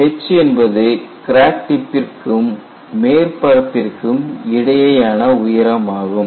h என்பது crack டிப்பிற்கும் மேற்பரப்பிற்கும் இடையேயான உயரம் ஆகும்